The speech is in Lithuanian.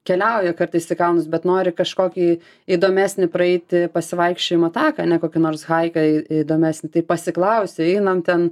keliauja kartais į kalnus bet nori kažkokį įdomesnį praeiti pasivaikščiojimo taką ne kokį nors haiką į įdomesnį tai pasiklausia einam ten